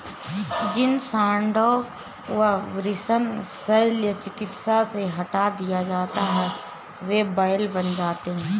जिन साँडों का वृषण शल्य चिकित्सा से हटा दिया जाता है वे बैल बन जाते हैं